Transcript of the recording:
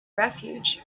refuge